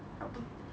how to